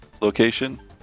location